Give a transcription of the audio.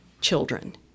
children